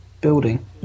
building